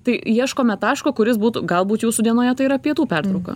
tai ieškome taško kuris būtų galbūt jūsų dienoje tai yra pietų pertrauka